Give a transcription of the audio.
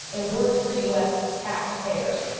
it works for u s. taxpayers.